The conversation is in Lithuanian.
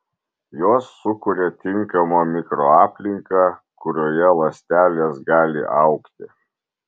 jos sukuria tinkamą mikroaplinką kurioje ląstelės gali augti